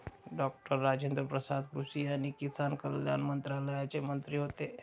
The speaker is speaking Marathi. डॉक्टर राजेन्द्र प्रसाद कृषी आणि किसान कल्याण मंत्रालयाचे मंत्री होते